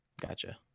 Gotcha